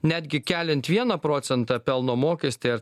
netgi keliant vieną procentą pelno mokestį ar